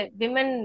women